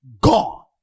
gone